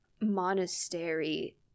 monastery